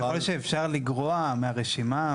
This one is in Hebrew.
ככל שאפשר לגרוע מהרשימה,